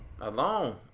Alone